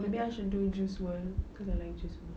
maybe I should do juice world cause I like juice world